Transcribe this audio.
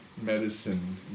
medicine